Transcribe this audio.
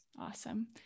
Awesome